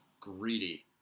greedy